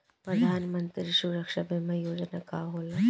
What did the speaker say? प्रधानमंत्री सुरक्षा बीमा योजना का होला?